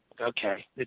okay